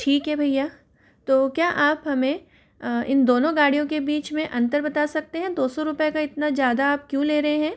ठीक है भैया तो क्या आप हमें इन दोनों गाड़ियों के बीच में अंतर बता सकते हैं दो सौ रुपए का इतना ज्यादा आप क्यों ले रहे हैं